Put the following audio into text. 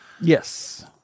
Yes